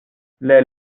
les